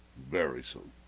very soon